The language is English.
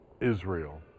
Israel